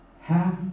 half